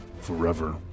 forever